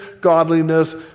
godliness